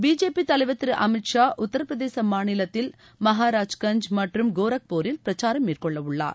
BJP தலைவர் திரு அமித் ஷா உத்தரபிரதேச மாநிலத்தில் மகராஜ்கஞ்ச் மற்றும் கோரக்பூரில் பிரச்சாரம் மேற்கொள்ளவுள்ளார்